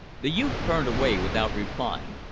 the youth turned away without replying.